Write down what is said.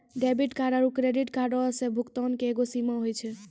debit card आरू credit कार्डो से भुगतानो के एगो सीमा होय छै